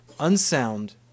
unsound